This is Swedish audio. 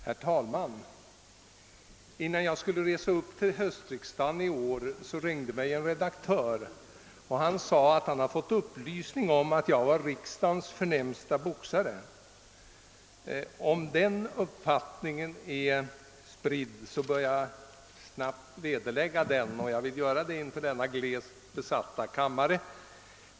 Herr talman! Innan jag skulle resa upp till höstriksdagen i år ringde mig en redaktör. Han sade att han hade fått upplysning om att jag var riksdagens förnämsta boxare. Om den uppfattningen är spridd, så bör jag snabbt vederlägga den, och jag vill göra det nu inför den glest besatta kammaren.